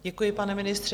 Děkuji, pane ministře.